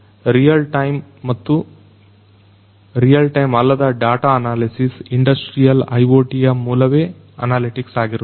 real time ಮತ್ತು real time ಅಲ್ಲದ data analysis industrial IoT ಯ ಮೂಲವೇ ಅನಾಲಿಟಿಕ್ಸ್ ಆಗಿರುತ್ತದೆ